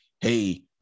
hey